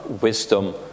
wisdom